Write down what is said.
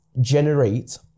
generate